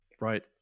Right